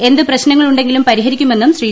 എന്ത് പ്രശ്നങ്ങളുണ്ടെങ്കിലും പരിഹരിക്കുമെന്നും ശ്രീ